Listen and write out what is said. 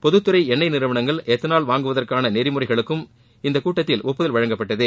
பொதுத்துறை எண்ணெய் நிறுவனங்கள் எத்தனால் வாங்குவதற்கான நெறிமுறைகளுக்கும் இக்கூட்டத்தில் ஒப்புதல் வழங்கப்பட்டது